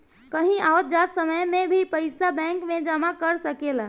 कहीं आवत जात समय में भी पइसा बैंक में जमा कर सकेलऽ